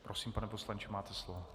Prosím, pane poslanče, máte slovo.